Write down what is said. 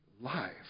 life